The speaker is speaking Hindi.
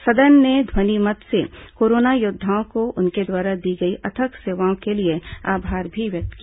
सदन ने ध्वनिमत से कोरोना योद्वाओं को उनके द्वारा दी गई अथक सेवाओं के लिए आभार भी व्यक्त किया